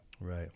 right